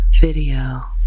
video